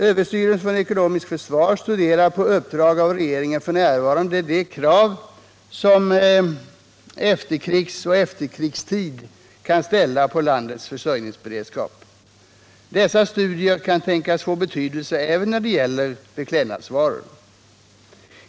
Överstyrelsen för ekonomiskt försvar studerar f. n. på uppdrag av regeringen de krav som krigsoch efterkrigstid kan ställa på landets försörjningsberedskap. Dessa studier kan tänkas få betydelse även när det gäller beklädnadsvaror.